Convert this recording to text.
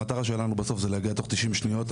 המטרה שלנו בסוף זה להגיע תוך 90 שניות.